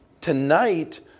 Tonight